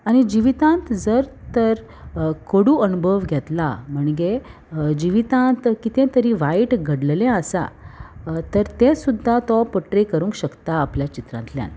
आनी जिवितांत जर तर कोडू अणभव घेतला म्हणगे जिवितांत कितें तरी वायट घडलेलें आसा तर तें सुद्दां तो पोट्रे करूंक शकता आपल्या चित्रांतल्यान